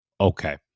okay